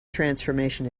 transformation